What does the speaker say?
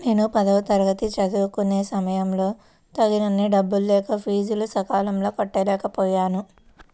నేను పదవ తరగతి చదువుకునే సమయంలో తగినన్ని డబ్బులు లేక ఫీజులు సకాలంలో కట్టలేకపోయాను